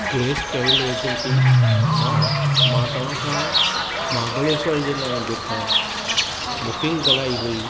क्रेस travel agency हा मां तव्हां खां महाबलेश्वर जे लाइ जेका बुकिंग कराई हुई